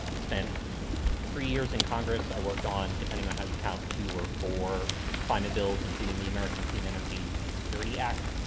spent three years in congress. i worked on, depending on how you count two or four climate bills, including the american clean energy and security act,